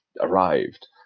arrived